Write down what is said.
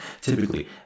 Typically